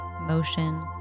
motion